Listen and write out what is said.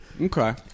Okay